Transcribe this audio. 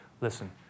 Listen